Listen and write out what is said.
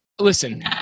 listen